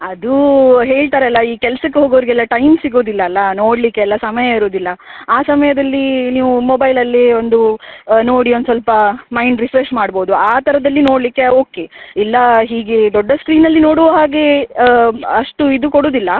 ಅದು ಹೇಳ್ತಾರಲ್ಲ ಈ ಕೆಲ್ಸಕ್ಕೆ ಹೋಗೋರಿಗೆಲ್ಲ ಟೈಮ್ ಸಿಗೋದಿಲ್ಲ ಅಲ್ವ ನೋಡಲಿಕ್ಕೆಲ್ಲ ಸಮಯ ಇರೋದಿಲ್ಲ ಆ ಸಮಯದಲ್ಲಿ ನೀವು ಮೊಬೈಲಲ್ಲಿ ಒಂದು ನೋಡಿ ಒಂದು ಸ್ವಲ್ಪ ಮೈಂಡ್ ರಿಫ್ರೆಶ್ ಮಾಡ್ಬೋದು ಆ ಥರದ್ದಲ್ಲಿ ನೋಡಲಿಕ್ಕೆ ಓಕೆ ಇಲ್ಲ ಹೀಗೇ ದೊಡ್ಡ ಸ್ಕ್ರೀನ್ನಲ್ಲಿ ನೋಡುವ ಹಾಗೆ ಅಷ್ಟು ಇದು ಕೊಡೋದಿಲ್ಲ